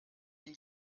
die